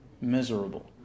miserable